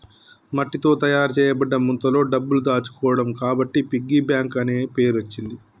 మట్టితో తయారు చేయబడ్డ ముంతలో డబ్బులు దాచుకోవడం కాబట్టి పిగ్గీ బ్యాంక్ అనే పేరచ్చింది